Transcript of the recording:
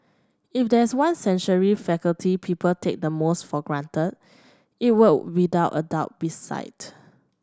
if there is one sensory faculty people take the most for granted it would without a doubt be sight